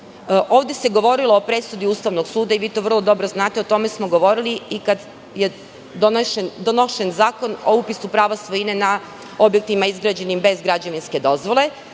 Ovde se govorilo i presudi Ustavnog suda i vi to vrlo dobro znate, o tome smo govorili i kada je donošen Zakon o upisu prava svojine na objektima izgrađenim bez građevinske dozvole,